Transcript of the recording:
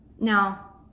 now